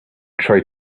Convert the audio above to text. tried